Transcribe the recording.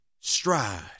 stride